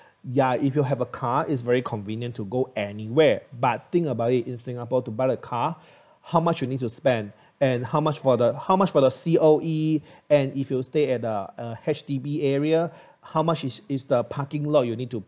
ya if you have a car is very convenient to go anywhere but think about it in singapore to buy a car how much you need to spend and how much for the how much for the C_O_E and if you stay at the H_D_B area how much is is the parking lot you need to